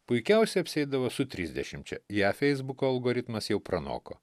puikiausiai apsieidavo su trisdešimčia ją feisbuko algoritmas jau pranoko